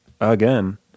again